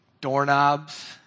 doorknobs